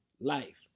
Life